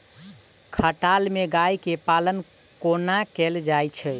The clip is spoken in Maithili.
खटाल मे गाय केँ पालन कोना कैल जाय छै?